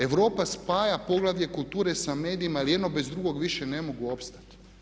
Europa spaja poglavlje kulture sa medijima jer jedno bez drugog više ne mogu opstati.